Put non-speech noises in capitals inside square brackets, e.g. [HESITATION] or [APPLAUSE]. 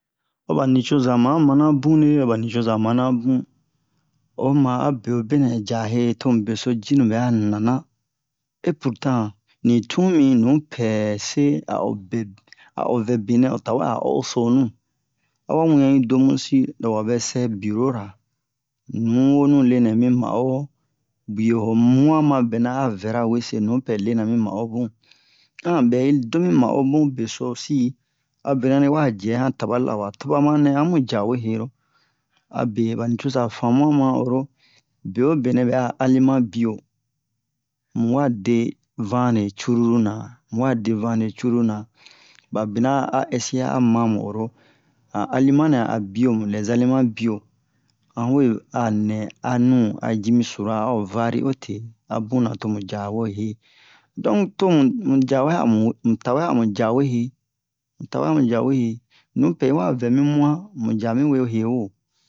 o banicoza ma mana bune oba nicoza manabun oma a beobenɛ jahe tomu beso jinu bɛ'a nana et pourtant ni tun mi nupɛse a'obe a'o vɛ benɛ otawɛ a oho sonu awa wian'i domusi lowa vɛsɛ bureau ra nuwonunɛ lenɛ mi ma'o bio omua mabɛna a vɛra wese nupɛ lene mi ma'o bun [HESITATION] bɛ'i domi ma'o bun besosi aberanɛ wa jɛ han tabalira wa tobamanɛ amu ja wehero abe banicoza famua ma oro beobenɛ bɛ'a aliment bio muwa de vane cruru na muwa de vane cruruna ba bina'a ɛsia amamu oro han aliment nɛ'a biomu les aliments bios hanwe anɛ anu aji mi sura a'o vari ote abuna tomu ja wehe donc tomu mu jawe mu tawe amu ja wehe mu tawɛ amu ja wehe nupɛ'i wa vɛmi muan mu jami wehe wo